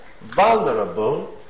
vulnerable